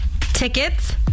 Tickets